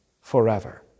forever